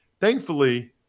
Thankfully